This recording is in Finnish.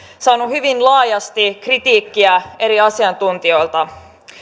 saanut hyvin laajasti kritiikkiä eri asiantuntijoilta